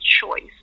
choice